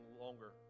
longer